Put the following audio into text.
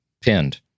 pinned